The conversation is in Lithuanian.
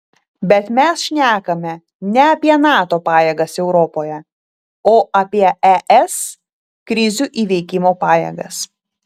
bet mes šnekame ne apie nato pajėgas europoje o apie es krizių įveikimo pajėgas